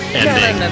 ending